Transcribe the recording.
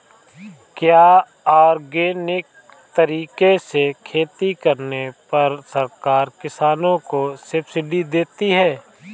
क्या ऑर्गेनिक तरीके से खेती करने पर सरकार किसानों को सब्सिडी देती है?